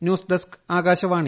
news desk Akashvani